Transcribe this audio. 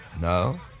No